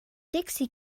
dixi